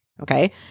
okay